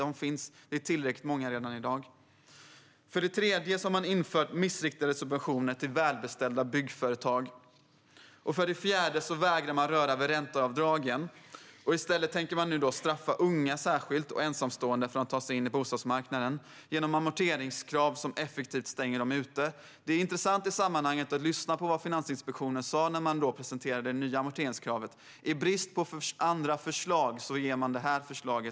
Det finns tillräckligt många redan i dag. För det tredje har man infört missriktade subventioner till välbeställda byggföretag. För det fjärde vägrar man röra vid ränteavdragen. I stället tänker man nu straffa särskilt unga och ensamstående för att ta sig in på bostadsmarknaden genom amorteringskrav som effektivt stänger dem ute. Det är intressant i sammanhanget att lyssna på vad Finansinspektionen sa när man presenterade det nya amorteringskravet. I brist på andra förslag lägger man fram detta förslag.